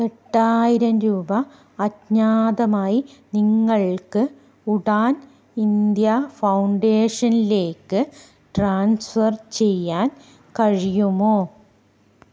എട്ടായിരം രൂപ അജ്ഞാതമായി നിങ്ങൾക്ക് ഉഡാൻ ഇന്ത്യ ഫൗണ്ടേഷനിലേക്ക് ട്രാൻസ്ഫർ ചെയ്യാൻ കഴിയുമോ